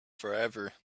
forever